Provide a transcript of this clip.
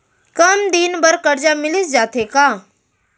कम दिन बर करजा मिलिस जाथे का?